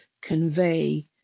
convey